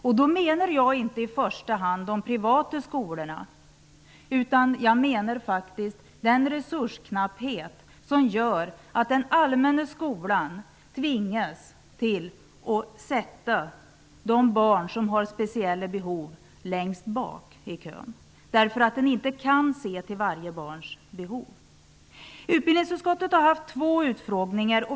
Jag menar inte i första hand de privata skolorna, utan jag menar faktiskt den resursknapphet som gör att den allmänna skolan tvingas sätta barnen med speciella behov längst bak i kön. Skolan kan inte se till varje barns behov. Utbildningsutskottet har haft två utfrågningar.